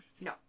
No